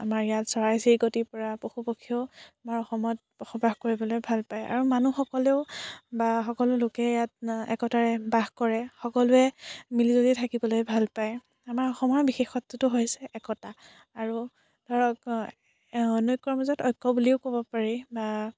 আমাৰ ইয়াত চৰাই চিৰিকটিৰ পৰা পশু পক্ষীয়েও আমাৰ অসমত বসবাস কৰিবলৈ ভাল পায় আৰু মানুহসকলেও বা সকলো লোকে ইয়াত একতাৰে বাস কৰে সকলোৱে মিলি জুলি থাকিবলৈ ভাল পায় আমাৰ অসমৰ বিশেষত্বটো হৈছে একতা আৰু ধৰক অনৈক্যৰ মাজত ঐক্য বুলিও ক'ব পাৰি বা